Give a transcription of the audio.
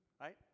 right